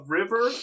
river